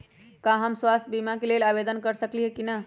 का हम स्वास्थ्य बीमा के लेल आवेदन कर सकली ह की न?